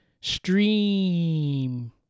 stream